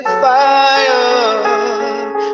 fire